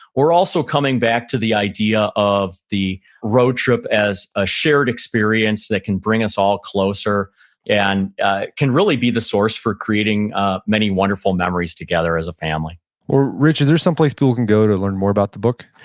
we're also coming back to the idea of the road trip as a shared experience that can bring us all closer and ah can really be the source for creating many wonderful memories together as a family rich, is there someplace people can go to learn more about the book?